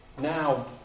now